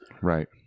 right